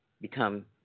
become